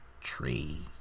tree